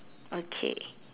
okay